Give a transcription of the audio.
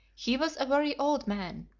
he was a very old man,